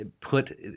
put